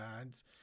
ads